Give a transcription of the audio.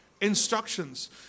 instructions